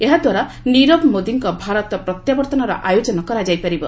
ଏହାଦ୍ୱାରା ନିରବ ମୋଦିଙ୍କ ଭାରତ ପ୍ରତ୍ୟାବର୍ଭନର ଆୟୋଜନ କରାଯାଇପାରିବ